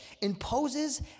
imposes